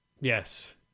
Yes